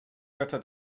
götter